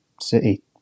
City